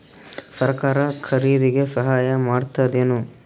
ಸರಕಾರ ಖರೀದಿಗೆ ಸಹಾಯ ಮಾಡ್ತದೇನು?